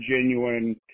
genuine